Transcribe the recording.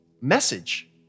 message